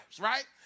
right